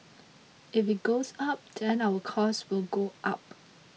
if it goes up then our cost will go up